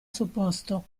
supposto